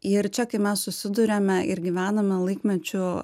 ir čia kai mes susiduriame ir gyvename laikmečiu